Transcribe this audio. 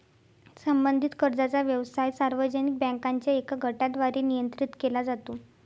संबंधित कर्जाचा व्यवसाय सार्वजनिक बँकांच्या एका गटाद्वारे नियंत्रित केला जातो